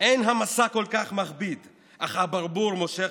אין המשא כל כך מכביד / אך הברבור מושך